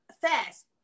fast